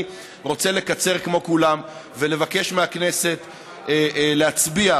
אני רוצה לקצר כמו כולם ולבקש מהכנסת להצביע